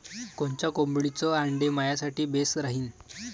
कोनच्या कोंबडीचं आंडे मायासाठी बेस राहीन?